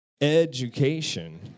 education